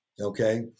Okay